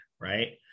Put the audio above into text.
right